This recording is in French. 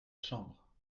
chambre